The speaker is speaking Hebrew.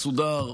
מסודר,